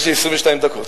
יש לי 22 דקות.